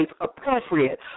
appropriate